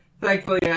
Thankfully